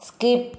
skip